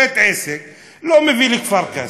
בית-עסק לא מביא לכפר-קאסם,